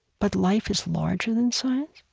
but life is larger than science.